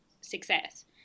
success